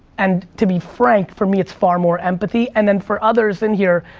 and to be frank, for me it's far more empathy, and then for others in here,